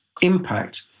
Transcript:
impact